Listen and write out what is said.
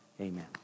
amen